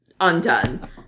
undone